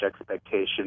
expectations